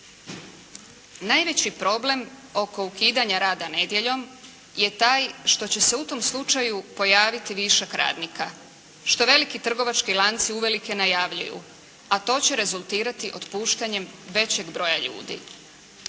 Najveći problem oko ukidanja rada nedjeljom je taj što će se u tom slučaju pojaviti višak radnika, što veliki trgovački lanci uvelike najavljuju, a to će rezultirati otpuštanjem većeg broja ljudi.